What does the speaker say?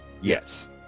Yes